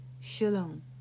Shalom